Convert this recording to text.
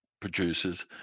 producers